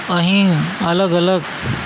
અહીં અલગ અલગ